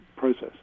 process